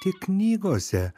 tik knygose